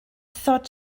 thought